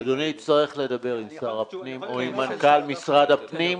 אדוני יצטרך לדבר עם שר הפנים או עם מנכ"ל משרד הפנים.